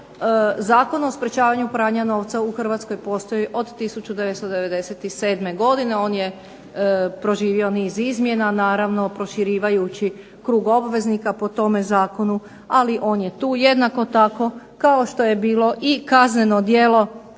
Zakon o sprečavanju pranja novca u Hrvatskoj postoji od 1997. godine, on je proživio niz izmjena, naravno proširujući krug obveznika po tome zakonu. Ali on je tu, jednako tako kao što je bilo i kazneno djelo prikrivanja